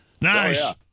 Nice